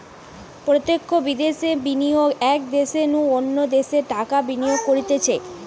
প্রত্যক্ষ বিদ্যাশে বিনিয়োগ এক দ্যাশের নু অন্য দ্যাশে টাকা বিনিয়োগ করতিছে